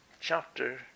chapter